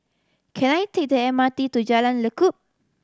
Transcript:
can I take the M R T to Jalan Lekub